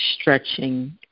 stretching